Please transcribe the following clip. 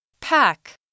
pack